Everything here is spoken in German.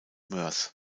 moers